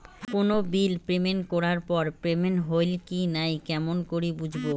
কোনো bill payment করার পর পেমেন্ট হইল কি নাই কেমন করি বুঝবো?